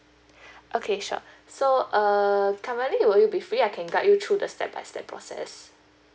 okay sure so uh currently will you be free I can guide you through the step by step process